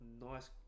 Nice